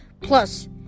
Plus